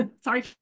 sorry